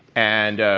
and,